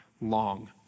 long